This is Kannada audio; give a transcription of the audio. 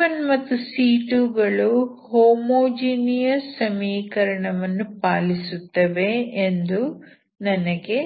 c1 ಮತ್ತು c2 ಗಳು ಹೋಮೋಜೀನಿಯಸ್ ಸಮೀಕರಣಗಳನ್ನು ಪಾಲಿಸುತ್ತವೆ ಎಂದು ನನಗೆ